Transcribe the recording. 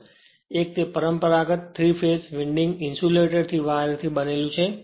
એક તે પરંપરાગત 3 ફેઝ વિન્ડિંગ ઇન્સ્યુલેટેડ વાયરથી બનેલું છે